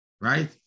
Right